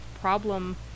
problem